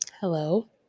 hello